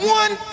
one